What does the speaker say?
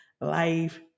life